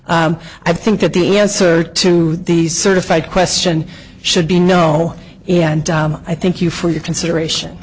here i think that the answer to the certified question should be no and i thank you for your consideration